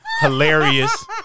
hilarious